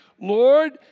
Lord